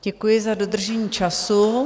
Děkuji za dodržení času.